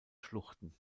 schluchten